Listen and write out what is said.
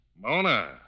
Mona